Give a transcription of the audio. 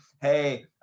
hey